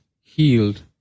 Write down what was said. healed